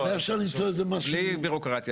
לא, בלי בירוקרטיה.